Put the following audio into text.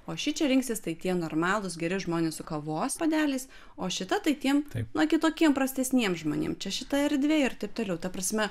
o šičia rinksis tai tie normalūs geri žmonės su kavos puodeliais o šita tai tiem na kitokiem tiem prastesniem žmonėm čia šita erdvė ir taip toliau ta prasme